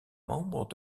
membre